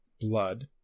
blood